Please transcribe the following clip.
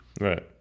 Right